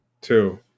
Two